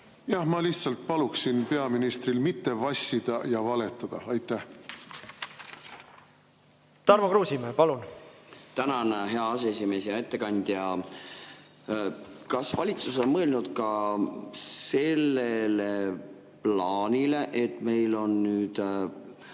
Jah, ma lihtsalt paluksin peaministril mitte vassida ja valetada. Tarmo Kruusimäe, palun! Tänan, hea aseesimees! Hea ettekandja! Kas valitsus on mõelnud ka sellele plaanile, et meil on nüüd